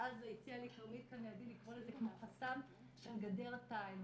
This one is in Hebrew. ואז הציעה לי כרמית כאן לידי לקרוא לזה כמו חסם של גדר תיל.